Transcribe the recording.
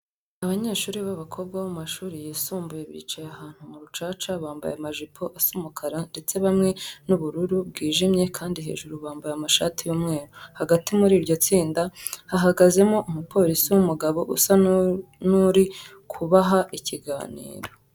Abanyeshuri b'abakobwa bo mu mashuri yisumbuye bicaye ahantu mu rucaca, bambaye amajipo asa umukara ndetse bamwe ni ubururu bwijimye kandi hejuru bambaye amashati y'umweru. Hagati muri iryo tsinda hahagazemo umupolisi w'umugabo usa n'uri kubaha ikiganiro.